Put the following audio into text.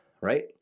right